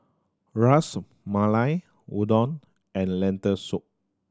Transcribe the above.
Ras Malai Udon and Lentil Soup